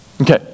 Okay